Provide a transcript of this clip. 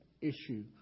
issue